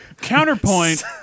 Counterpoint